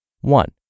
One